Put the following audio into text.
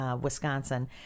Wisconsin